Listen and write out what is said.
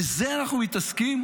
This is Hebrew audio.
בזה אנחנו מתעסקים?